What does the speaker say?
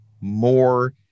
more